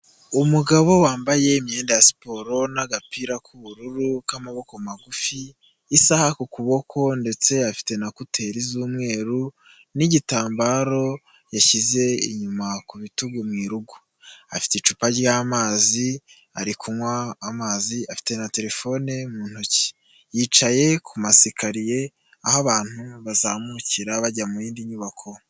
Umugabo wambaye imyenda ya siporo n'agapira k'ubururu k'amaboko magufi isaha ku kuboko ndetse afite na kuteri z'umweru n'igitambaro yashyize inyuma ku bitugu mu irugu, afite icupa ry'amazi ari kunywa n'amazi afite na terefone mu ntoki, yicaye ku masikariye aho abantu bazamukira bajya mu yindi nyubako.